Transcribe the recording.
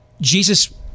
Jesus